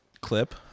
clip